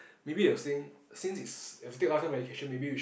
maybe they will think since it's if take lifetime medication maybe we should